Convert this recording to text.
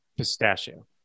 Pistachio